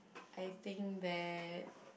I think that